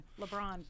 LeBron